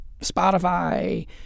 Spotify